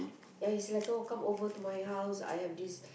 ya he said like oh come over to my house I have this